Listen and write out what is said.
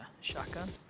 shotgun